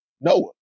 Noah